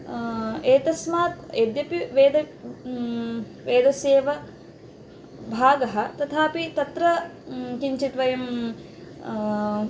एतस्मात् यद्यपि वेदः वेदस्यैव भागः तथापि तत्र किञ्चित् वयं